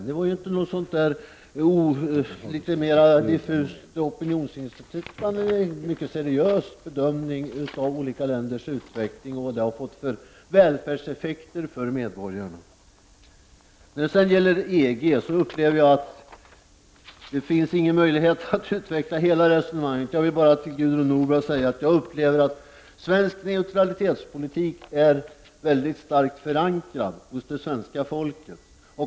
Det var FN, inte något diffust opinionsinstitut, utan en mycket seriös bedömning av olika länders utveckling och vad det har fått för välfärdseffekter för medborgarna. När det sedan gäller EG upplever jag att jag inte har någon möjlighet att utveckla hela resonemanget. Jag vill bara till Gudrun Norberg säga att jag upplever att svensk neutralitetspolitik är väldigt starkt förankrad hos det svenska folket.